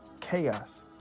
chaos